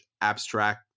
abstract